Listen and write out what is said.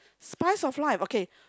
spice of life okay